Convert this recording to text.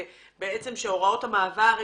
בנובמבר?